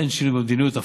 אין שינוי במדיניות.